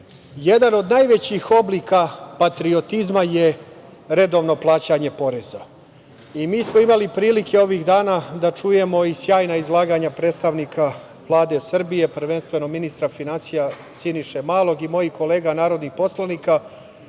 jedan od najvećih oblika patriotizma je redovno plaćanje poreza. Imali smo prilike ovih dana da čujemo i sjajna izlaganja predstavnika Vlade Srbije, prvenstveno ministra finansija Siniše Malog i mojih kolega narodnih poslanika,